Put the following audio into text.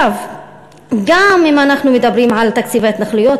גם אם אנחנו מדברים על תקציב ההתנחלויות